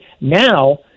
now